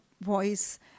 voice